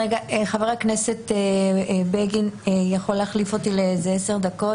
חבר הכנסת בגין, יכול להחליף אותי ל-10 דקות?